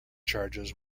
charges